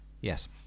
Yes